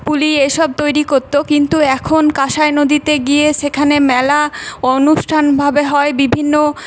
পুলি এসব তৈরি করত কিন্তু এখন কাঁসাই নদীতে গিয়ে সেখানে মেলা ও অনুষ্ঠান ভাবে হয় বিভিন্ন